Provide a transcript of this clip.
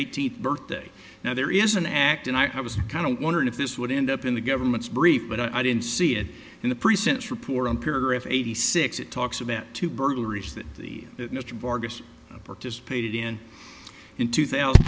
eighteenth birthday now there is an act and i was kind of wondering if this would end up in the government's brief but i didn't see it in the pre sentence report on paragraph eighty six it talks about two burglaries that mr vargas participated in in two thousand